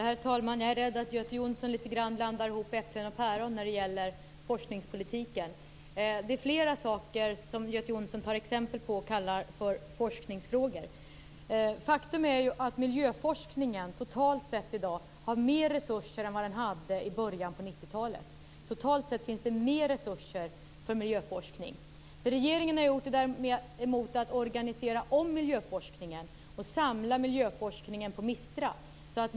Herr talman! Jag är rädd att Göte Jonsson litet grand blandar ihop äpplen och päron när det gäller forskningspolitiken. Det är flera saker som Göte Jonsson tar exempel på och kallar för forskningsfrågor. Faktum är att miljöforskningen i dag totalt sett har mer resurser än vad den hade i början på 90-talet. Totalt sett finns det mer resurser för miljöforskning. Det regeringen gjort är att organisera om miljöforskningen och samla miljöforskningen på MISTRA.